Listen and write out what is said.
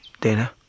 Dana